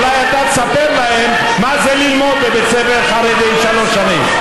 אולי אתה תספר להם מה זה ללמוד בבית ספר חרדי שלוש שנים.